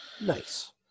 Nice